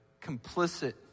complicit